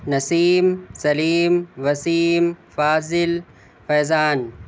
Naseem Saleem Waseem Fazil Faizan